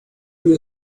you